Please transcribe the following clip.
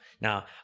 now